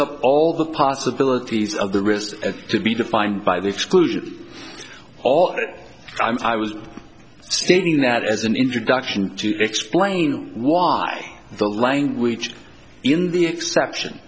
up all the possibilities of the risk to be defined by the exclusion of all of it i was stating that as an introduction to explain why the language in the exception